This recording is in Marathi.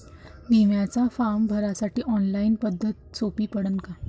बिम्याचा फारम भरासाठी ऑनलाईन पद्धत सोपी पडन का?